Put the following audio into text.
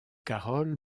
carole